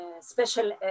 Special